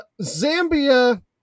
Zambia